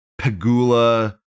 Pagula